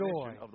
joy